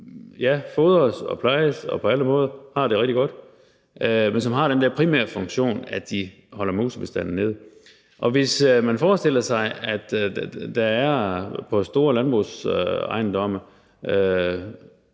som fodres og plejes og på alle måder har det rigtig godt, men som har den der primære funktion at holde musebestanden nede. Hvis man forestiller sig, at der på store landbrugsejendomme